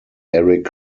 erik